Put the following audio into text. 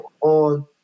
on